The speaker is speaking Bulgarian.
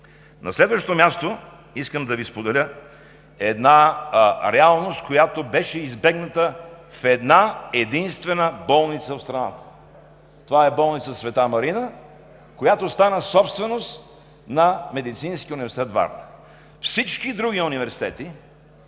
На следващо място, искам да Ви споделя една реалност, която беше избегната в една-единствена болница в страната. Това е болница „Света Марина“, която стана собственост на Медицинския университет – Варна. Всички други университети